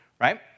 right